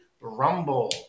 Rumble